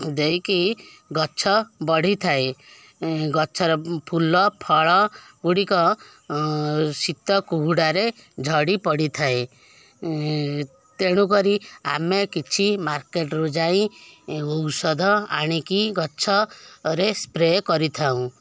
ଦେଇକି ଗଛ ବଢ଼ିଥାଏ ଗଛର ଫୁଲ ଫଳ ଗୁଡ଼ିକ ଶୀତ କୁହୁଡ଼ିରେ ଝଡ଼ି ପଡ଼ିଥାଏ ତେଣୁ କରି ଆମେ କିଛି ମାର୍କେଟରୁ ଯାଇ ଔଷଧ ଆଣିକି ଗଛ ରେ ସ୍ପ୍ରେ କରିଥାଉ